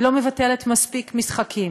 היא לא מבטלת מספיק משחקים,